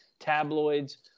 Tabloids